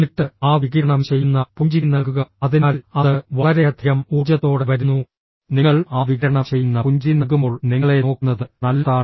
എന്നിട്ട് ആ വികിരണം ചെയ്യുന്ന പുഞ്ചിരി നൽകുക അതിനാൽ അത് വളരെയധികം ഊർജ്ജത്തോടെ വരുന്നു നിങ്ങൾ ആ വികിരണം ചെയ്യുന്ന പുഞ്ചിരി നൽകുമ്പോൾ നിങ്ങളെ നോക്കുന്നത് നല്ലതാണ്